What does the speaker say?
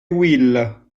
will